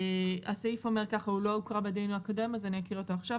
הסעיף לא הוקרא בדיון הקודם, אקריא אותו עכשיו.